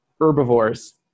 herbivores